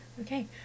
Okay